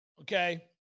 okay